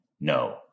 No